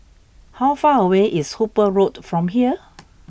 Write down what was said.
how far away is Hooper Road from here